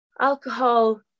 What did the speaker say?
alcohol